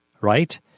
right